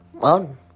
on